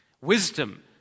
Wisdom